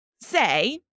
say